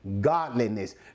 godliness